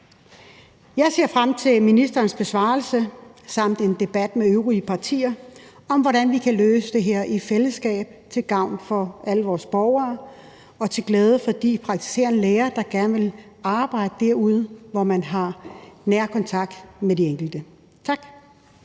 Jeg ser frem til ministerens besvarelse samt en debat med de øvrige partier om, hvordan vi kan løse det her i fællesskab til gavn for alle vores borgere og til glæde for de praktiserende læger, der gerne vil arbejde derude, hvor man har nær kontakt med den enkelte. Tak.